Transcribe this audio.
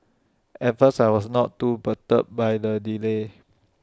at first I was not too perturbed by the delay